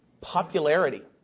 Popularity